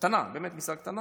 קטנה, באמת מסעדה קטנה,